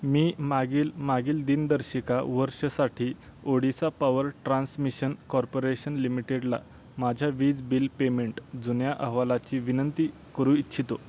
मी मागील मागील दिनदर्शिका वर्षासाठी ओडिसा पॉवर ट्रान्समिशन कॉर्पोरेशन लिमिटेडला माझ्या वीज बिल पेमेंट जुन्या अहवालाची विनंती करू इच्छितो